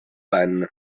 ben